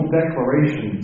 declaration